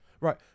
right